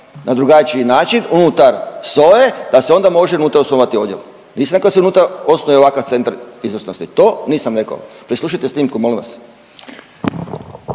na drugačiji način unutar SOA-e, da se onda može unutra osnovati odjel, nisam rekao da se unutra osnuje ovakav centar izvrsnosti. To nisam rekao. Preslušajte snimku, molim vas.